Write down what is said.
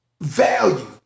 value